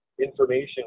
Information